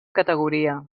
categoria